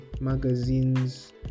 magazines